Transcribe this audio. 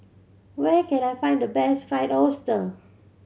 where can I find the best Fried Oyster